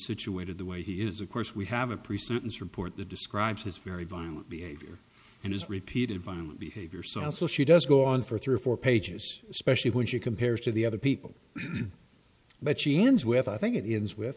situated the way he is of course we have a pre sentence report the describes his very violent behavior and his repeated violent behavior so also she does go on for three or four pages especially when she compares to the other people but she ends with i think it is with